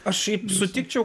aš sutikčiau